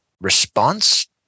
response